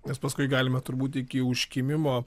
nes paskui galima turbūt iki užkimimo